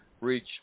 reach